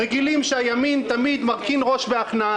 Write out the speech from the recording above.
רגילים שהימין תמיד מרכין ראש בהכנעה,